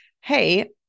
Hey